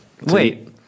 Wait